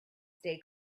stay